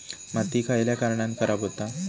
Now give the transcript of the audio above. माती खयल्या कारणान खराब हुता?